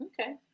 okay